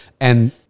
And-